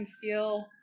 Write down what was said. feel